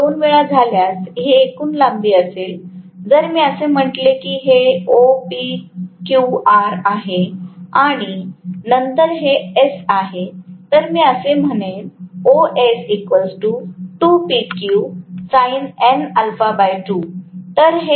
तर हे 2 वेळा झाल्यास ही एकूण लांबी असेलजर मी असे म्हटले की हे OPQR आहे आणि नंतर हे S आहे तर मी असे म्हणेल OS